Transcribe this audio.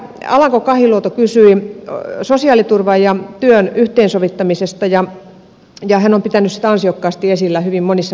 täällä alanko kahiluoto kysyi sosiaaliturvan ja työn yhteensovittamisesta ja hän on pitänyt sitä ansiokkaasti esillä hyvin monissa puheenvuoroissa